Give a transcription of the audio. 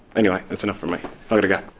anyway, that's enough from me, i gotta go.